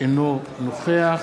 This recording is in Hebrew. אינו נוכח